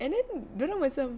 and then dorang macam